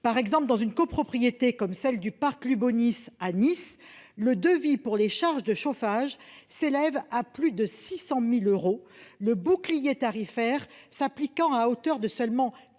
Par exemple, dans une copropriété comme celle du Parc Lubonis à Nice, le devis pour les charges de chauffage s'élève à plus de 600 000 euros, le bouclier tarifaire s'appliquant à hauteur de seulement 91 076 euros.